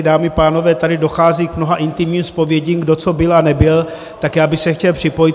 Dámy, pánové, tady dochází k mnoha intimním zpovědím, kdo co byl a nebyl, tak já bych se chtěl připojit.